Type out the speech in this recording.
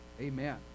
Amen